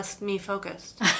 me-focused